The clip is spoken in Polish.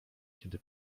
kiedy